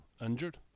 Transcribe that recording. injured